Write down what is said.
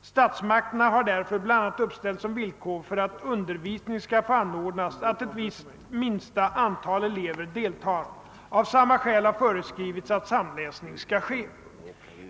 Statsmakterna har därför bl.a. uppställt som villkor för att undervisning skall få anordnas att ett visst minsta antal elever deltar. Av samma skäl har föreskrivits att samläsning skall ske.